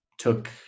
took